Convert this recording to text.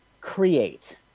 create